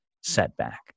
setback